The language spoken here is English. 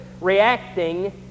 reacting